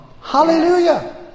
hallelujah